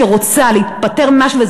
כשרוצה להיפטר ממשהו,